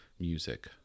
music